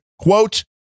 Quote